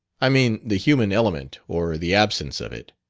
i mean the human element, or the absence of it.